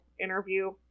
interview